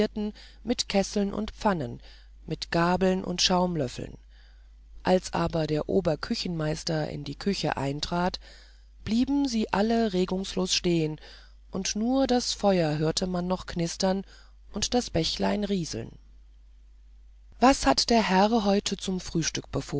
mit kesseln und pfannen mit gabeln und schaumlöffeln als aber der oberküchenmeister in die küche eintrat blieben sie alle regungslos stehen und nur das feuer hörte man noch knistern und das bächlein rieseln was hat der herr heute zum frühstück